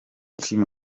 kim